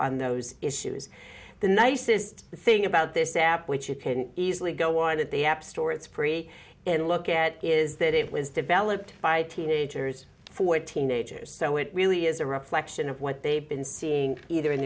on those issues the nicest thing about this app which you can easily go why did the app store it's pre and look at is that it was developed by teenagers for teenagers so it really is a reflection of what they've been seeing either in